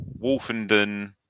Wolfenden